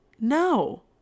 No